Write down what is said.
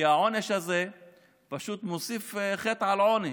כי העונש הזה פשוט מוסיף חטא על פשע.